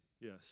yes